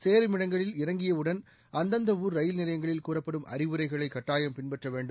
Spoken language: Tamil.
சேருமிடங்களில் இறங்கியவுடன் அந்தந்த ஊர் ரயில் நிலையங்களில் கூறப்படும் அறிவுரைகளை கட்டாயம் பின்பற்ற வேண்டும்